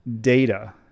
data